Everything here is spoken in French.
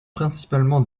principalement